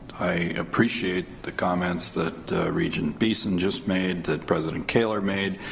i appreciate the comments that regent beeson just made that president kaler made,